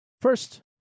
First